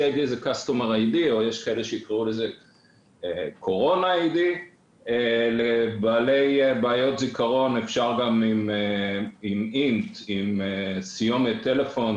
שזה costumer ID או יש כאלה שיקראו לזה corona ID. לבעלי בעיות זיכרון אפשר לעשות את זה גם עם סיומת טלפון,